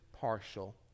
partial